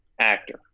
actor